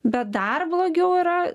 bet dar blogiau yra